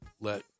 let